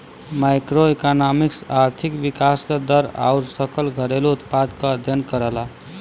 macroeconomics आर्थिक विकास क दर आउर सकल घरेलू उत्पाद क अध्ययन करला